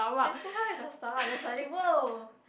that's how in the stomach then suddenly !woah!